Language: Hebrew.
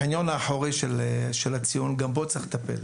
החניון האחורי של הציון, גם בו צריך לטפל.